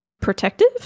protective